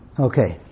Okay